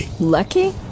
Lucky